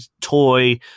toy